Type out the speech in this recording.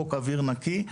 חוק אויר נקי.